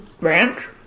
Ranch